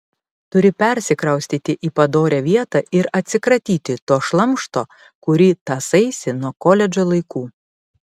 turi persikraustyti į padorią vietą ir atsikratyti to šlamšto kurį tąsaisi nuo koledžo laikų